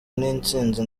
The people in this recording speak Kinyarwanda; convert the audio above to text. n’intsinzi